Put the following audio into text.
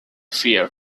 fear